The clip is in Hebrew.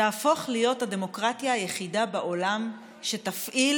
תהפוך להיות הדמוקרטיה היחידה בעולם שתפעיל